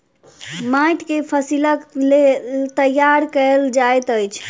माइट के फसीलक लेल तैयार कएल जाइत अछि